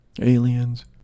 Aliens